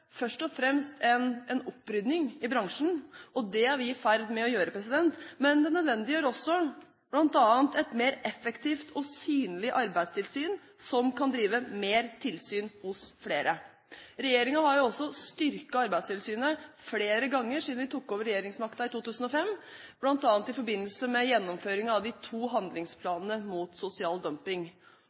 først og fremst en opprydding i bransjen – og det er vi i ferd med å gjøre – men det nødvendiggjør også bl.a. et mer effektivt og synlig arbeidstilsyn, som kan drive mer tilsyn hos flere. Regjeringen har også styrket Arbeidstilsynet flere ganger siden vi tok over regjeringsmakten i 2005, bl.a. i forbindelse med gjennomføringen av de to handlingsplanene mot sosial dumping.